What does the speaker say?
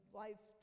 life